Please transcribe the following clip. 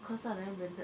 cause I'm very